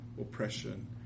oppression